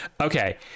Okay